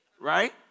Right